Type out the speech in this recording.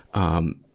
um,